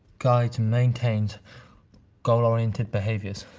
guides, and maintains goal-oriented behaviors.